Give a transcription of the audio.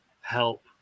help